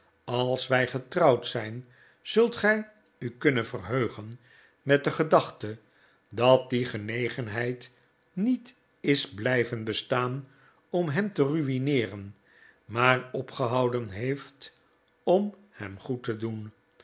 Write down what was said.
als wij getrouwd zijn zult gij u kunnen verheugen met de gedachte dat die genegenheid niet is blijven bestaan om hem te rumeeren maar opgehouden heeft om hem goed te doen